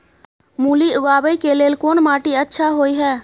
मूली उगाबै के लेल कोन माटी अच्छा होय है?